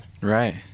Right